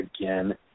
again